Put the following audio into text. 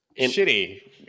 shitty